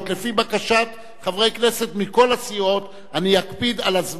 לפי בקשת חברי הכנסת מכל הסיעות אני אקפיד על הזמן,